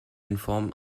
inform